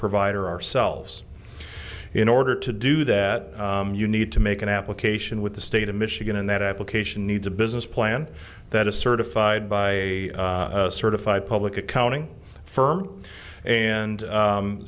provider ourselves in order to do that you need to make an application with the state of michigan and that application needs a business plan that is certified by a certified public accounting firm and